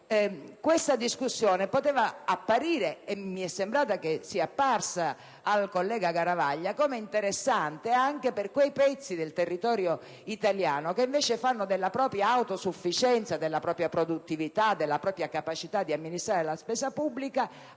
questa discussione poteva apparire - come mi è sembrato sia apparsa al collega Garavaglia - interessante anche per quelle porzioni del territorio italiano che, invece, fanno della propria autosufficienza, della propria produttività e della propria capacità di amministrare le risorse pubbliche